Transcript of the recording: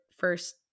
first